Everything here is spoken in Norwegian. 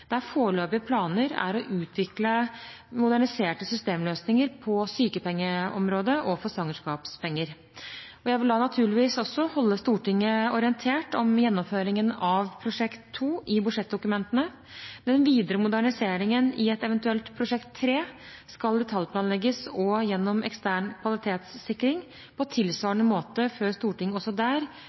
der foreløpige planer er å utvikle moderniserte systemløsninger på sykepengeområdet og for svangerskapspenger. Jeg vil da naturligvis også holde Stortinget orientert om gjennomføringen av Prosjekt 2 i budsjettdokumentene. Den videre moderniseringen i et eventuelt Prosjekt 3 skal detaljplanlegges og igjennom ekstern kvalitetssikring på tilsvarende måte før Stortinget også der